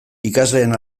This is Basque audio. ikasleen